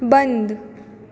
बन्द